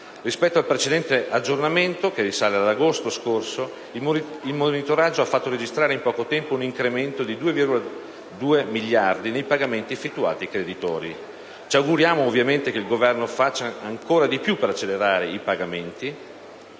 Rispetto al precedente aggiornamento, che risale all'agosto scorso, il monitoraggio ha fatto registrare in poco tempo un incremento di 2,2 miliardi nei pagamenti effettuati ai creditori. Ci auguriamo ovviamente che il Governo faccia ancora di più per accelerare i pagamenti